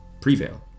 prevail